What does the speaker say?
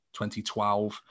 2012